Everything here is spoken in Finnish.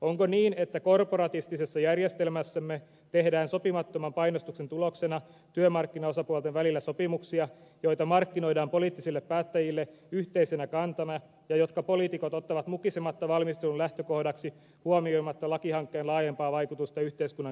onko niin että korporatistisessa järjestelmässämme tehdään sopimattoman painostuksen tuloksena työmarkkinaosapuolten välillä sopimuksia joita markkinoidaan poliittisille päättäjille yhteisenä kantana ja jotka poliitikot ottavat mukisematta valmistelun lähtökohdaksi huomioimatta lakihankkeen laajempaa vaikutusta yhteiskunnan kehitykselle